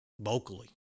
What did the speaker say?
vocally